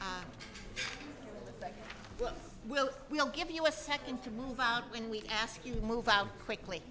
back we'll we'll give you a second to move out when we ask you to move out quickly